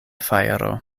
fajro